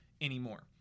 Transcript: anymore